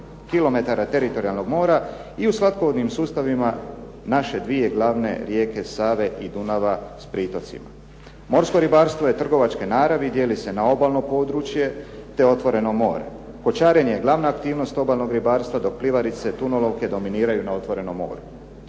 kilometara teritorijalnog mora i u slatkovodnim sustavima naše dvije glavne rijeke Save i Dunava s pritocima. Morsko ribarstvo je trgovačke naravi i dijeli se na obalno područje te otvoreno more. Kočarenje je glavna aktivnost obalnog ribarstva dok pivarice, tunolovke, dominiraju na otvorenom moru.